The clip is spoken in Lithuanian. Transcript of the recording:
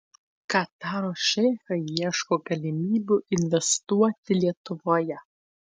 kataro šeichai ieško galimybių investuoti lietuvoje